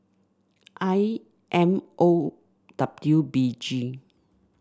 I M O W B G